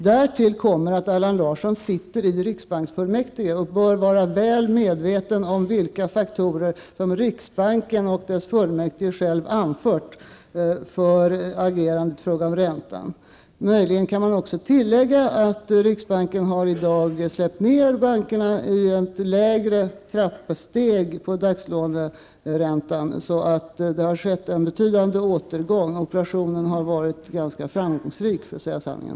Därtill kommer att Allan Larsson sitter i riksbanksfullmäktige och bör vara väl medveten om vilka faktorer som riksbanken och dess fullmäktige själva har anfört för agerandet i fråga om räntan. Möjligen kan man också tillägga att riksbanken i dag har släppt ner bankerna på ett lägre trappsteg i fråga om dagslåneräntan, så det har skett en betydande återgång. Operationen har varit ganska framgångsrik, för att säga sanningen.